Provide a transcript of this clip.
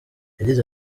yagize